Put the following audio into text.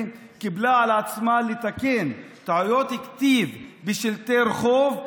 קיבלה על עצמה לתקן טעויות כתיב בשלטי רחוב.